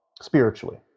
spiritually